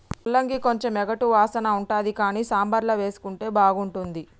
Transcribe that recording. ముల్లంగి కొంచెం ఎగటు వాసన ఉంటది కానీ సాంబార్ల వేసుకుంటే బాగుంటుంది